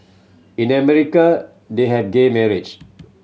in America they have gay marriage